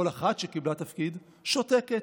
כל אחת שקיבלה תפקיד, שותקים